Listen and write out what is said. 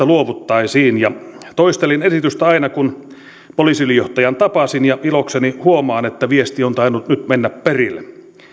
luovuttaisiin toistelin esitystä aina kun poliisiylijohtajan tapasin ja ilokseni huomaan että viesti on tainnut nyt mennä perille